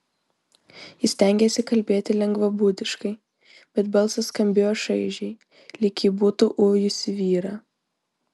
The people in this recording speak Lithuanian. ji stengėsi kalbėti lengvabūdiškai bet balsas skambėjo šaižiai lyg ji būtų ujusi vyrą